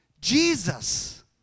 Jesus